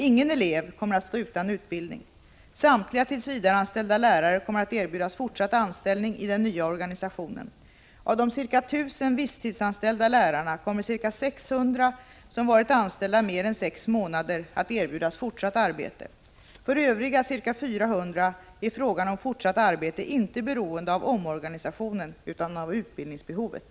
Ingen elev kommer att stå utan utbildning. Samtliga tillsvidareanställda lärare kommer att erbjudas fortsatt anställning i den nya organisationen. Av de ca 1 000 visstidsanställda lärarna kommer ca 600 — som varit anställda mer än sex månader — att erbjudas fortsatt arbete. För övriga ca 400 är frågan om fortsatt arbete inte beroende av omorganisationen utan av utbildningsbehovet.